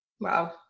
Wow